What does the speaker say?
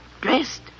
dressed